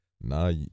Now